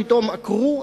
פתאום עקרו.